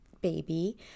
baby